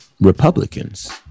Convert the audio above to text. Republicans